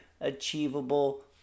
achievable